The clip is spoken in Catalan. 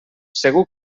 segur